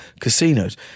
casinos